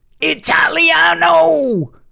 Italiano